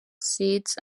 seeds